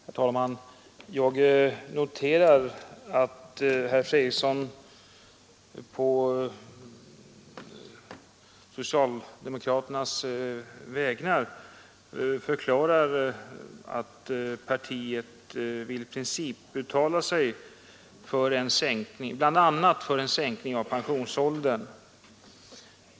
Herr talman! Jag noterar att herr Fredriksson på socialdemokraternas vägnar förklarar att partiet vill principiellt uttala sig bl.a. för en sänkning av pensionsåldern.